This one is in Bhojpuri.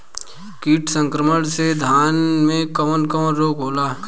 कीट संक्रमण से धान में कवन कवन रोग होला?